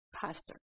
pastor